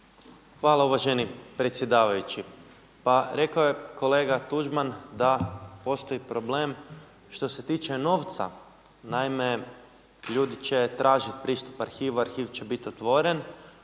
Hvala uvaženi predsjedavajući. Pa rekao je kolega Tuđman da postoji problem što se tiče novca. Naime, ljudi će tražiti pristup arhivu, arhiv će biti otvoren,